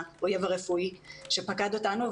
האויב הרפואי שפקד אותנו.